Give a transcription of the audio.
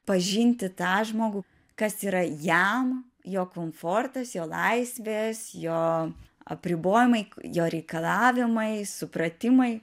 pažinti tą žmogų kas yra jam jo komfortas jo laisvės jo apribojimai jo reikalavimai supratimai